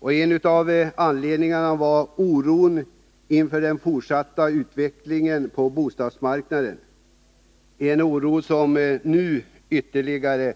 En av anledningarna var oron inför den fortsatta utvecklingen på bostadsmarknaden, en oro som har stärkts ytterligare.